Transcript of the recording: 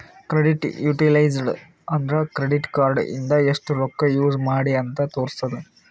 credit utilised ಅಂದುರ್ credit card ಇಂದ ಎಸ್ಟ್ ರೊಕ್ಕಾ ಯೂಸ್ ಮಾಡ್ರಿ ಅಂತ್ ತೋರುಸ್ತುದ್